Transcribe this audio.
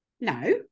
No